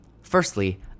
Firstly